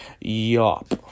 Yop